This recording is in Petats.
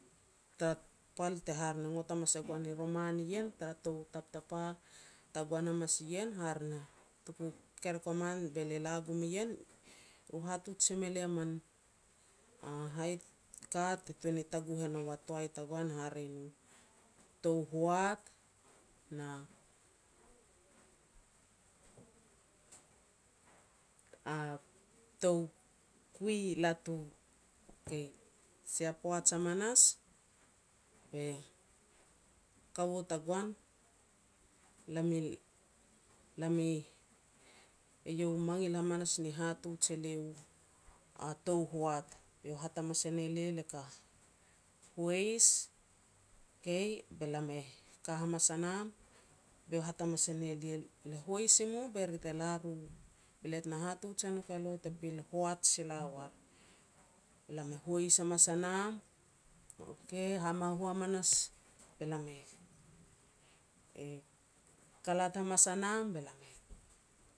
pal te hare ne ngot hamas e goan i roman ien tara tou taptapa tagoan hamas ien hare na, tuku kekerek ua man be lia la gum ien, ru hatuj em elia man hai ka te tuan ni taguh e nou a toai tagoan, hare na tou hoat, na a toukui latu. Okay, sia poaj hamanas, be kaua tagoan, lam i-lam i, eiau e mangil hamanas ni hatuj elia u, a tou hoat. Be iau e hat hamas e ne lia, lia ka hois, kei be lam e ka hamas a nam, be hat hamas e ne lia, "Le hois i nom be ri te la ru, be lia tena hatuj e nouk elo te pil hoat sila uar." Be lam hois hamas a nam, okay hamahu hamanas be lam e-e kalat hamas a nam, be lam e